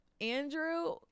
Andrew